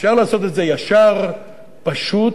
אפשר לעשות את זה ישר, פשוט,